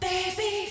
Baby